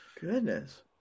Goodness